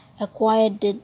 acquired